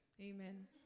Amen